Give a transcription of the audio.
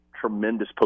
tremendous